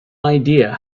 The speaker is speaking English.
idea